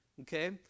Okay